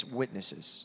witnesses